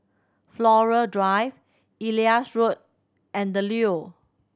Flora Drive Elias Road and The Leo